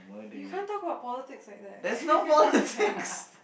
you can't talk about politics like that